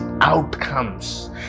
outcomes